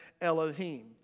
Elohim